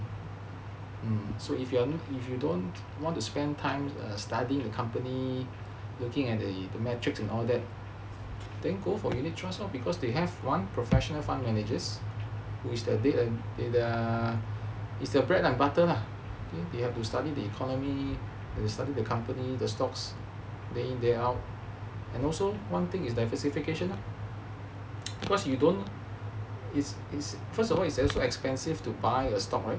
mm so if you if you don't want to spend time studying the company looking at the the metrics and all that then go for unit trust lor because they have one professional fund managers who is the date and err is their bread and butter lah they have to study the economy they study the company the stocks day in day out and also one thing is diversification lor cause you don't is first of all it's also expensive to buy a stock right